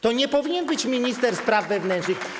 To nie powinien być minister spraw wewnętrznych.